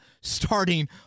starting